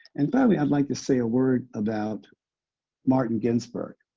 and finally, i'd like to say a word about martin ginsburg.